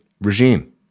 regime